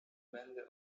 będę